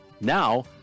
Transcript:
Now